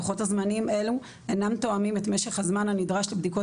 לוחות זמנים אלו אינם תואמים את משך הזמן הנדרש לבדיקות